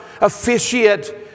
officiate